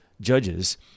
Judges